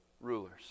rulers